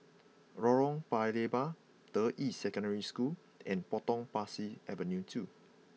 Lorong Paya Lebar Deyi Secondary School and Potong Pasir Avenue two